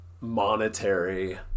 monetary